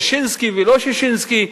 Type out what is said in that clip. ששינסקי ולא ששינסקי.